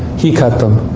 he cut them.